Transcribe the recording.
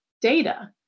data